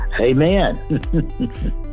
Amen